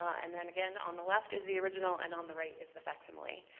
and then again on the left is the original and on the right is the facsimile.